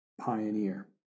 pioneer